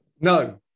no